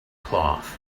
cloth